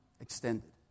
extended